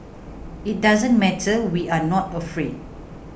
it doesn't matter we are not afraid